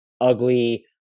ugly –